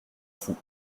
fous